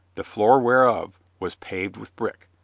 the floor whereof was paved with brick.